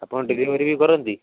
ଆପଣ ଡେଲିଭରି ବି କରନ୍ତି